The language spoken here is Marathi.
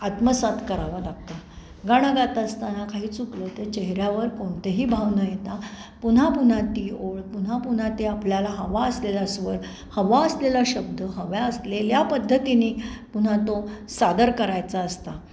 आत्मसात करावं लागतं गाणं गात असताना काही चुकलं तर चेहऱ्यावर कोणतेही भाव न येता पुन्हा पुन्हा ती ओळ पुन्हा पुन्हा ते आपल्याला हवा असलेला स्वर हवा असलेला शब्द हव्या असलेल्या पद्धतीनी पुन्हा तो सादर करायचा असता